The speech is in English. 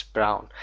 Brown